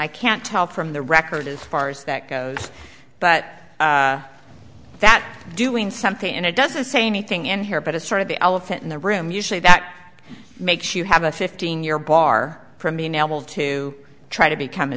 i can't tell from the record as far as that goes but that doing something and it doesn't say anything in here but it's sort of the elephant in the room you say that makes you have a fifteen year bar from being able to try to become a